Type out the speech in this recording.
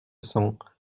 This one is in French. cents